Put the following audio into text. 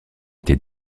été